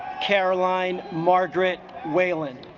caroline margaret weiland